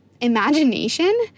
imagination